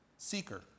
Seeker